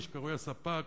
מה שקרוי הספ"ק,